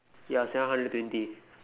ya seven hundred twenty